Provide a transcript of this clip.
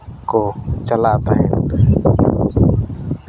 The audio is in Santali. ᱠᱚ ᱪᱟᱞᱟᱜᱼᱟ ᱛᱟᱦᱮᱸᱫ